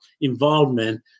involvement